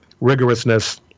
rigorousness